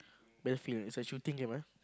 battlefield it's like shooting game eh